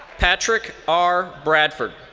patrick r. bradford.